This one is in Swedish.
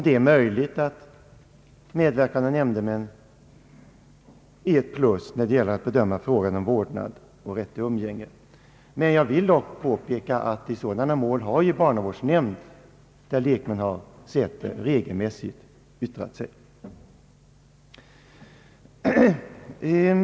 Det är möjligt att medverkan av nämndemän är ett plus när det gäller att bedöma frågan om vårdnad och rätt till umgänge. Jag vill dock påpeka att i sådana mål har barnavårdsnämnd, där ju lekmän ingår, regelmässigt yttrat sig till domstolen.